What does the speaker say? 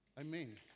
amen